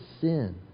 sin